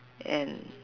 and